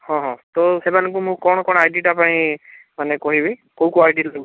ହଁ ହଁ ତ ସେମାନଙ୍କୁ ମୁଁ କ'ଣ କ'ଣ ଆଇଡ଼ିଟା ପାଇଁ ମାନେ କହିବି କେଉଁ କେଉଁ ଆଇଡ଼ିରୁ